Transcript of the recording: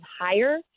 higher